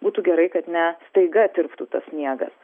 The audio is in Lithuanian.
būtų gerai kad ne staiga tirptų tas sniegas